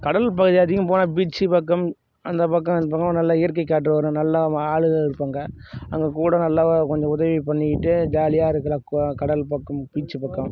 கடல் பகுதி அதிகம் போனால் பீச்சு பக்கம் அந்த பக்கம் இந்த பக்கம் நல்ல இயற்கை காற்று வரும் நல்லா ஆளுகள் இருப்பாங்க அவங்ககூட நல்லா கொஞ்சம் உதவி பண்ணிக்கிட்டு ஜாலியாக இருக்கலாம் கொ கடல் பக்கம் பீச்சு பக்கம்